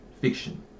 fiction